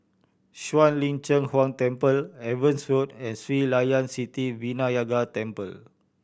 Shuang Lin Cheng Huang Temple Evans Road and Sri Layan Sithi Vinayagar Temple